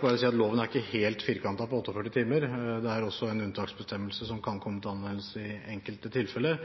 må jeg si at loven er ikke helt firkantet på 48 timer; det er også en unntaksbestemmelse som kan komme til anvendelse i enkelte tilfeller.